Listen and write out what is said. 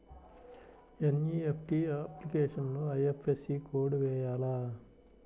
NEFT అప్లికేషన్లో IFSC code వేయాలా?